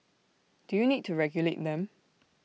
do you need to regulate them